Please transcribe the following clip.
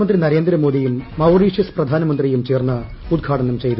മന്ത്രി നരേന്ദ്രമോദിയും മൌറീഷ്യസ് പ്രധാനമന്ത്രിയും ചേർന്ന് ഉദ്ഘാടനം ചെയ്തു